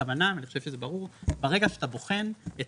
הכוונה אני חושב שזה ברור, ברגע שאתה בוחן את